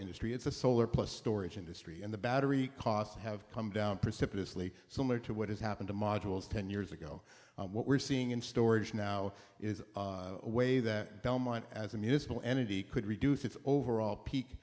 industry it's a solar plus storage industry and the battery costs have come down precipitously similar to what has happened to modules ten years ago what we're seeing in storage now is a way that belmont as a municipal energy could reduce its overall peak